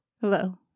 Hello